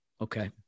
Okay